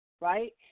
right